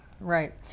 right